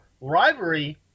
rivalry